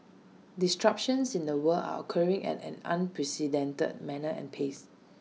disruptions in the world are occurring at an unprecedented manner and pace